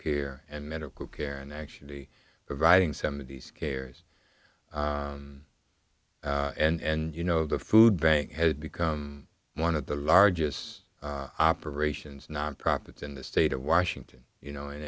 care and medical care and actually providing some of these carriers and you know the food bank had become one of the largest operations nonprofits in the state of washington you know